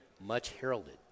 much-heralded